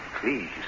please